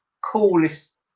coolest